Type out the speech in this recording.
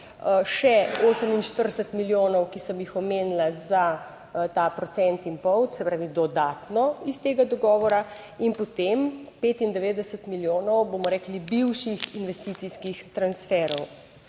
še 48 milijonov, ki sem jih omenila, za ta procent in pol, se pravi, dodatno iz tega dogovora in potem 95 milijonov bomo rekli bivših investicijskih transferov.